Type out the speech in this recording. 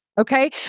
okay